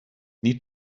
need